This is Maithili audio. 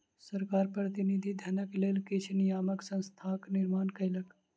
सरकार प्रतिनिधि धनक लेल किछ नियामक संस्थाक निर्माण कयलक